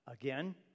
again